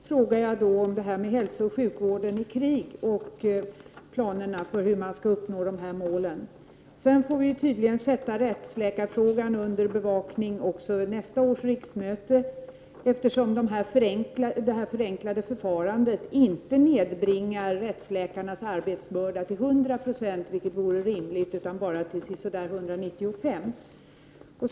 Fru talman! För tredje gången ber jag om besked beträffande hälsooch sjukvården i krig och planerna för hur uppsatta mål kan uppnås. Rättsläkarfrågan får tydligen sättas under bevakning också under nästa års riksmöte. Det förenklade förfarandet gör ju inte att rättsläkarnas arbetsbörda nedbringas till 100 96, vilket vore rimligt, utan bara till si så där 195 96.